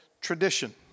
tradition